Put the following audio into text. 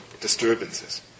disturbances